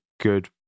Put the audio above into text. good